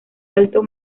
alto